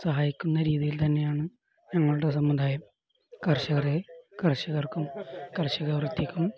സഹായിക്കുന്ന രീതിയിൽ തന്നെയാണ് ഞങ്ങളുടെ സമുദായം കർഷകരെ കർഷകർക്കും കാർഷിക വൃത്തിക്കും